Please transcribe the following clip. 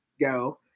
go